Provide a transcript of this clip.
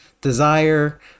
desire